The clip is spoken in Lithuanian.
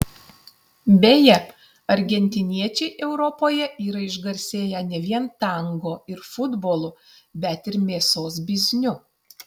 beje argentiniečiai europoje yra išgarsėję ne vien tango ir futbolu bet ir mėsos bizniu